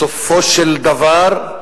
בסופו של דבר,